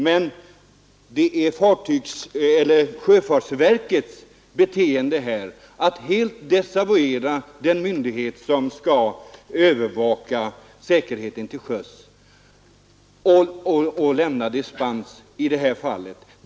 Men det gäller sjöfartsverkets beteende att helt desavouera den myndighet som skall övervaka säkerheten till sjöss och lämna dispens i det här fallet.